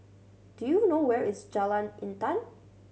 do you know where is Jalan Intan